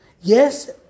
Yes